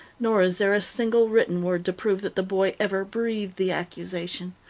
nor is there a single written word to prove that the boy ever breathed the accusation.